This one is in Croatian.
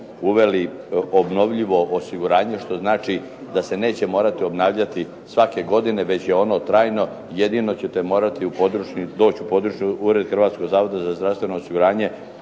uveli obnovljivo osiguranje što znači da se neće morati obnavljati svake godine, već je ono trajno. Jedino ćete morati doći u područni ured Hrvatskog zavoda za zdravstveno osiguranje,